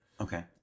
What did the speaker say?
Okay